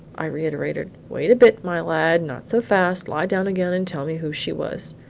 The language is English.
i reiterated. wait a bit, my lad! not so fast. lie down again and tell me who she was.